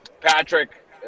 Patrick